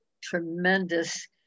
tremendous